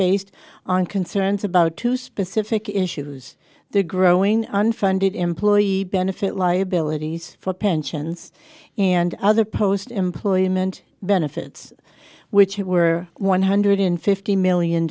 based on concerns about two specific issues the growing unfunded employee benefit liabilities for pensions and other post employment benefits which were one hundred fifty million